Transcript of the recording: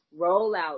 rollout